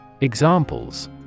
Examples